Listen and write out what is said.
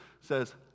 says